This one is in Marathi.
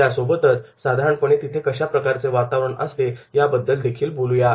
त्यासोबत साधारणपणे तिथे कशा प्रकारचे वातावरण असते याबद्दलदेखील आपण बोलू या